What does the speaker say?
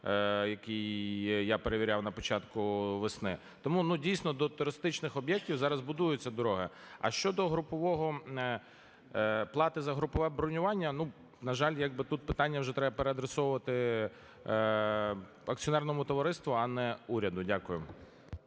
який я перевіряв на початку весни. Тому дійсно до туристичних об'єктів зараз будуються дороги. А щодо плати за групове бронювання, на жаль, як би тут питання вже треба переадресовувати акціонерному товариству, а не уряду. Дякую.